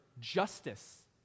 justice